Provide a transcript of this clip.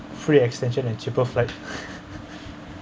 free extension and cheaper flight